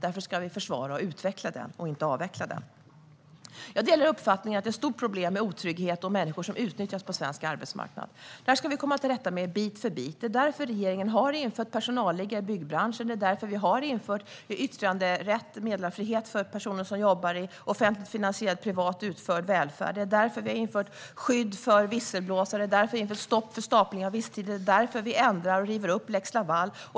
Därför ska vi försvara och utveckla den, inte avveckla den. Jag delar uppfattningen att det finns ett stort problem med otrygghet och utnyttjande av människor på svensk arbetsmarknad. Det här ska vi komma till rätta med bit för bit. Det är därför regeringen har infört personalliggare i byggbranschen. Det är därför vi har infört yttranderätt och meddelarfrihet för personer som jobbar i offentligt finansierad privat utförd välfärd. Det är därför vi har infört skydd för visselblåsare. Det är därför vi har infört ett stopp för stapling av visstider. Det är därför vi ändrar och river upp lex Laval.